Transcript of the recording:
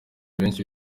benshi